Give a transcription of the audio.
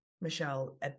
Michelle